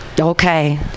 okay